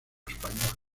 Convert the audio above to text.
español